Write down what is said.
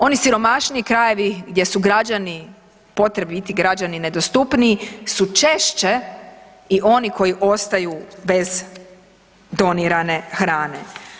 Oni siromašniji krajevi gdje su građani potrebiti građani nedostupniji su češće i oni koji ostaju bez donirane hrane.